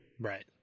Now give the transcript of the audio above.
Right